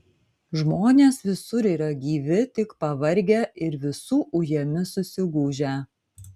žmonės visur yra gyvi tik pavargę ir visų ujami susigūžę